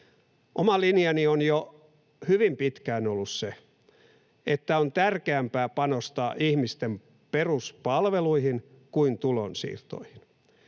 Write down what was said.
Oma linjani on jo hyvin pitkään ollut se, että on tärkeämpää panostaa ihmisten peruspalveluihin kuin tulonsiirtoihin.